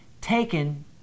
taken